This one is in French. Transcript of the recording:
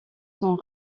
sont